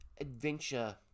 Adventure